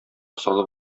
салып